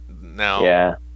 Now